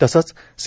तसंच सी